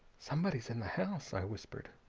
somebody's in the house, i whispered.